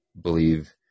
believe